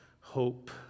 hope